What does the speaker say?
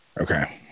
okay